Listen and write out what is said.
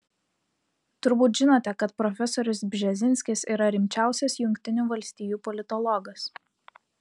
turbūt žinote kad profesorius bžezinskis yra rimčiausias jungtinių valstijų politologas